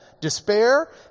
despair